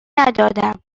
ندادم